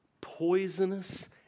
poisonous